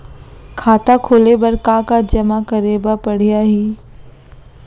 खाता खोले बर का का जेमा करे बर पढ़इया ही?